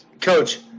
coach